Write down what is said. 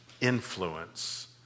influence